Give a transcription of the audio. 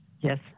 Yes